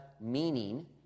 meaning